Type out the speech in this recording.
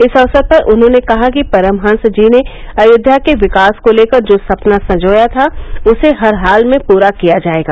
इस अवसर पर उन्होंने कहा कि परमहंस जी ने अयोध्या के विकास को लेकर जो सपना सजोया था उसे हर हाल में पूरा किया जायेगा